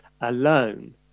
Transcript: alone